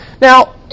Now